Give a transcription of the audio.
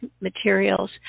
materials